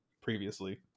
previously